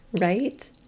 right